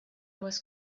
was